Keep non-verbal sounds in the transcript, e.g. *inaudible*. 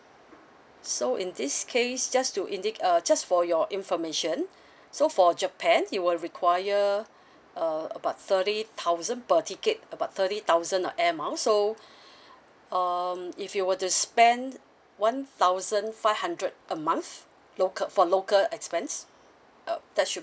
so in this case just to indi~ uh just for your information *breath* so for japan you will require *breath* uh about thirty thousand per ticket about thirty thousand of air miles so *breath* um if you were to spend one thousand five hundred a month local for local expense uh that should